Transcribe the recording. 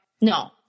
No